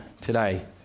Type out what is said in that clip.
today